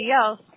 else